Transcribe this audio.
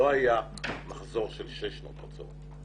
לא היה מחזור של שש שנות בצורת.